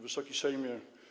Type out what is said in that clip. Wysoki Sejmie!